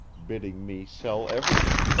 bidding me sell everything.